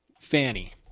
fanny